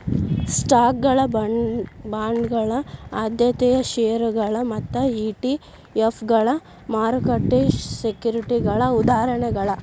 ಸ್ಟಾಕ್ಗಳ ಬಾಂಡ್ಗಳ ಆದ್ಯತೆಯ ಷೇರುಗಳ ಮತ್ತ ಇ.ಟಿ.ಎಫ್ಗಳ ಮಾರುಕಟ್ಟೆ ಸೆಕ್ಯುರಿಟಿಗಳ ಉದಾಹರಣೆಗಳ